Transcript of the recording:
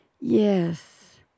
Yes